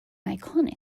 iconic